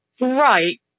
Right